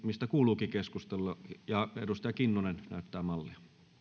mistä kuuluukin keskustella ja edustaja kinnunen näyttää mallia